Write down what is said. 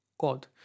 God